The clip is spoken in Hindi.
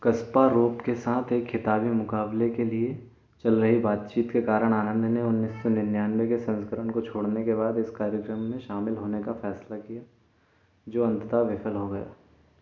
कस्पारोप के साथ एक खिताबी मुकाबले के लिए चल रही बातचीत के कारण आनंद ने उन्नीस सौ निन्यानवे के संस्करण को छोड़ने के बाद इस कार्यक्रम में शामिल होने का फैसला किया जो अंततः विफल हो गया